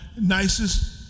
nicest